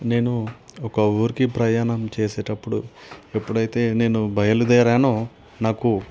నేను ఒక ఊరికి ప్రయాణం చేసేటప్పుడు ఎప్పుడైతే నేను బయలుదేరానో నాకు